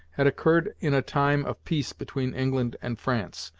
had occurred in a time of peace between england and france,